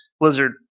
blizzard